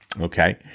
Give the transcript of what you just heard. Okay